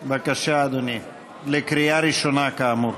בבקשה, אדוני, לקריאה ראשונה, כאמור.